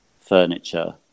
furniture